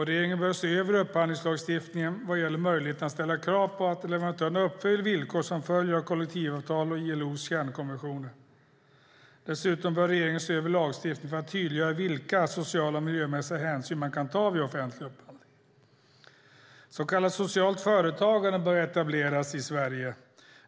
Regeringen bör se över upphandlingslagstiftningen vad gäller möjligheterna att ställa krav på att leverantörerna uppfyller de villkor som följer av kollektivavtal och ILO:s kärnkonventioner. Dessutom bör regeringen se över lagstiftningen för att tydliggöra vilka sociala och miljömässiga hänsyn man kan ta vid offentlig upphandling. Så kallat socialt företagande börjar etableras i Sverige.